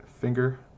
finger